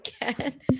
again